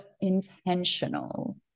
intentional